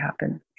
happen